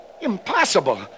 impossible